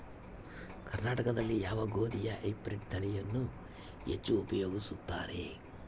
ಕರ್ನಾಟಕದಲ್ಲಿ ಯಾವ ಗೋಧಿಯ ಹೈಬ್ರಿಡ್ ತಳಿಯನ್ನು ಹೆಚ್ಚು ಉಪಯೋಗಿಸುತ್ತಾರೆ?